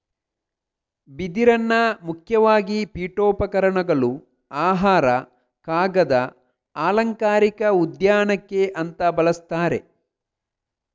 ಬಿದಿರನ್ನ ಮುಖ್ಯವಾಗಿ ಪೀಠೋಪಕರಣಗಳು, ಆಹಾರ, ಕಾಗದ, ಅಲಂಕಾರಿಕ ಉದ್ಯಾನಕ್ಕೆ ಅಂತ ಬಳಸ್ತಾರೆ